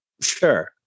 sure